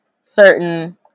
certain